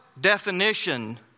definition